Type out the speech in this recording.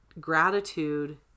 gratitude